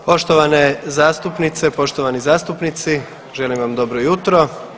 Poštovane zastupnice, poštovani zastupnici želim vam dobro jutro!